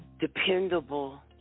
dependable